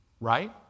right